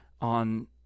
on